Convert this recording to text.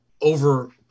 over